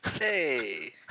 Hey